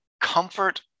comfort